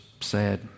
sad